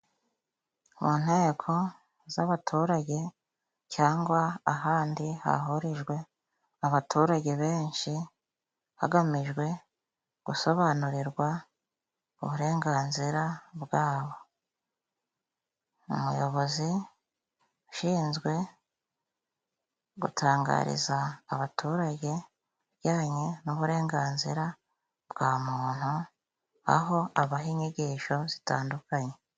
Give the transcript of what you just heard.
Mu nteko z'abaturage cyangwa ahandi hahurijwe abaturage benshi hagamijwe gusobanurirwa uburenganzira bwabo. Umuyobozi ushinzwe gutangariza abaturage ibijyanye n'uburenganzira bwa muntu, aho abaha inyigisho zitandukanye.